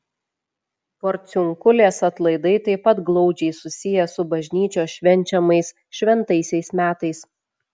porciunkulės atlaidai taip pat glaudžiai susiję su bažnyčios švenčiamais šventaisiais metais